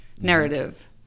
narrative